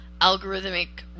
algorithmic